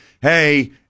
Hey